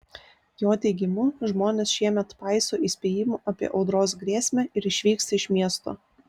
jo teigimu žmonės šiemet paiso įspėjimų apie audros grėsmę ir išvyksta iš miesto